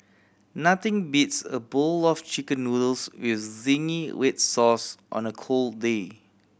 nothing beats a bowl of Chicken Noodles with zingy red sauce on a cold day